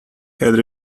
had